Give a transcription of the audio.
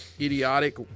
idiotic